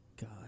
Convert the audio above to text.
God